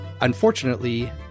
Unfortunately